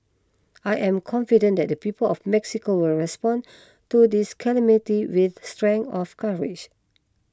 I am confident that the people of Mexico will respond to this calamity with strength of courage